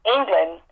England